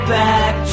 back